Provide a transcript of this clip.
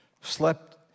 slept